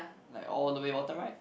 like all the way bottom right